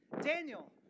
Daniel